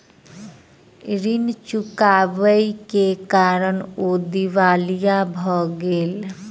ऋण चुकबै के कारण ओ दिवालिया भ गेला